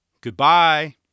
Goodbye